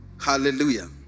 Hallelujah